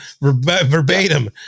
verbatim